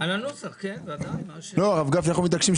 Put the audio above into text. לא דיברנו על זה שממתי פקיד השומה